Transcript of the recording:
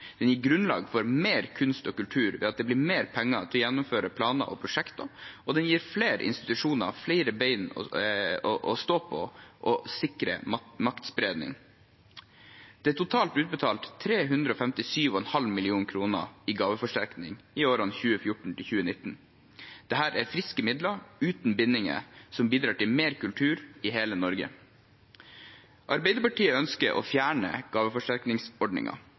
Den gir grunnlag for mer kunst og kultur ved at det blir mer penger til å gjennomføre planer og prosjekter, og den gir flere institusjoner flere ben å stå på og sikrer maktspredning. Det er totalt utbetalt 357,5 mill. kr i gaveforsterkning i årene 2014–2019. Dette er friske midler uten bindinger som bidrar til mer kultur i hele Norge. Arbeiderpartiet ønsker å fjerne